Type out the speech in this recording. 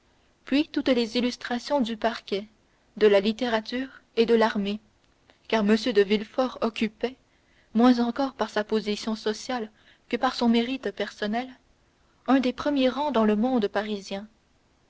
puis toutes les illustrations du parquet de la littérature et de l'armée car m de villefort occupait moins encore par sa position sociale que par son mérite personnel un des premiers rangs dans le monde parisien